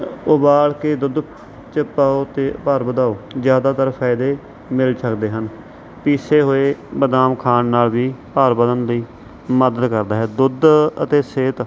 ਉਬਾਲ ਕੇ ਦੁੱਧ 'ਚ ਪਾਓ ਅਤੇ ਭਾਰ ਵਧਾਓ ਜ਼ਿਆਦਾਤਰ ਫਾਇਦੇ ਮਿਲ ਸਕਦੇ ਹਨ ਪੀਸੇ ਹੋਏ ਬਦਾਮ ਖਾਣ ਨਾਲ ਵੀ ਭਾਰ ਵਧਣ ਲਈ ਮਦਦ ਕਰਦਾ ਹੈ ਦੁੱਧ ਅਤੇ ਸਿਹਤ